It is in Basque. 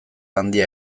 handia